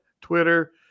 Twitter